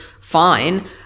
fine